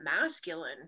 masculine